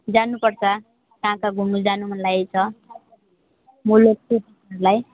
जानुपर्छ कहाँ कहाँ घुम्नु जानु मनलागेको छ म लान्छु नि तिमीलाई